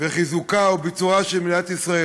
ולחיזוקה או לביצורה של מדינת ישראל?